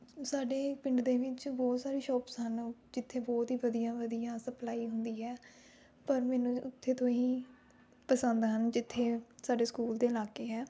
ਸਾਡੇ ਪਿੰਡ ਦੇ ਵਿੱਚ ਬਹੁਤ ਸਾਰੀ ਸ਼ੌਪਸ਼ ਹਨ ਜਿੱਥੇ ਬਹੁਤ ਹੀ ਵਧੀਆ ਵਧੀਆ ਸਪਲਾਈ ਹੁੰਦੀ ਹੈ ਪਰ ਮੈਨੂੰ ਉੱਥੇ ਤੋਂ ਹੀ ਪਸੰਦ ਹਨ ਜਿੱਥੇ ਸਾਡੇ ਸਕੂਲ ਦੇ ਲਾਗੇ ਹੈ